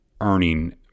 earning